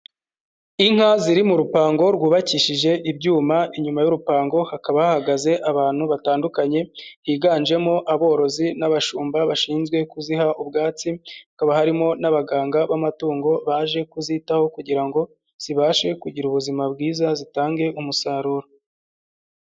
Inka ziri mu rupango rwubakishije ibyuma, inyuma y'urupango hakaba hahagaze abantu batandukanye, higanjemo aborozi n'abashumba bashinzwe kuziha ubwatsi, hakaba harimo n'abaganga b'amatungo baje kuzitaho kugira ngo zibashe kugira ubuzima bwiza, zitange umusaruro.